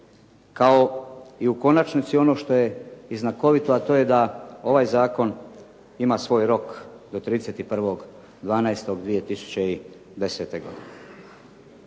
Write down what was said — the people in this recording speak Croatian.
kao i u konačni ono što je i znakovito, a to je da ovaj zakon ima svoj rok do 31.12.2010.